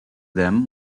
them